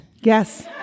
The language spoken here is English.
Yes